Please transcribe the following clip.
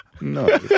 No